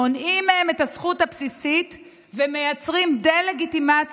מונעים מהם את הזכות הבסיסית ומייצרים דה-לגיטימציה